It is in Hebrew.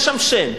יש שם שם.